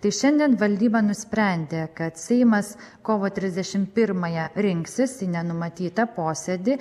tai šiandien valdyba nusprendė kad seimas kovo trisdešimt pirmąją rinksis į nenumatytą posėdį